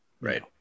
right